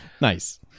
Nice